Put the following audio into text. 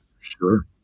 Sure